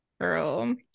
girl